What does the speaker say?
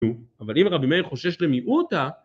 אבל אם רבי מאיר חושש למיעוטה